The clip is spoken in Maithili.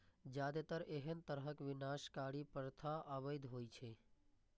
जादेतर एहन तरहक विनाशकारी प्रथा अवैध होइ छै